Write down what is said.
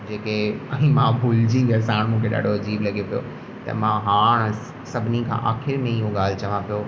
जेके मां भुलिजी वियुसि हाणे मूंखे ॾाढो अजीबु लॻे थो त मां हा सभिनी खां आख़िर में इहो ॻाल्हि चवां पियो